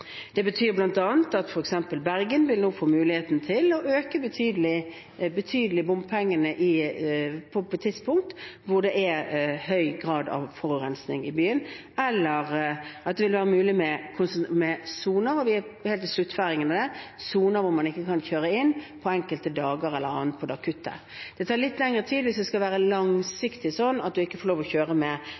Det betyr bl.a. at f.eks. Bergen nå vil få muligheten til å øke bompengesatsene betydelig på tidspunkt når det er høy forurensning i byen, og at det vil være mulig med soner – vi er helt i sluttføringen av det – hvor man ikke kan kjøre inn på enkelte dager når det er akutt forurensning. Det tar litt lengre tid hvis det skal være slik langsiktig, at en ikke får lov å kjøre inn med